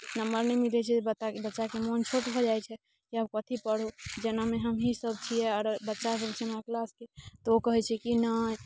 number नहि मिलैत छै बच्चाके मन छोट भऽ जाइत छै जे आब कथी पढू जेनामे हमही सब छियै आओर बच्चा सब छै हमरा क्लासके तऽ ओ कहैत छै कि नहि